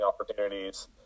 opportunities